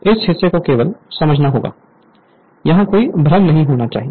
इस हिस्से को केवल समझना होगा यहां कोई भ्रम नहीं होना चाहिए